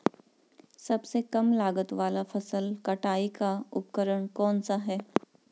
सबसे कम लागत वाला फसल कटाई का उपकरण कौन सा है?